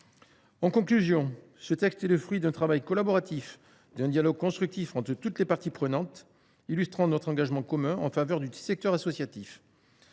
En conclusion, ce texte est le fruit d’un travail collaboratif, d’un dialogue constructif entre toutes les parties, qui illustrent notre engagement commun en faveur du secteur associatif.